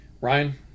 Ryan